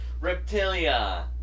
Reptilia